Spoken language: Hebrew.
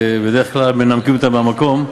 ובדרך כלל מנמקים אותה מהמקום,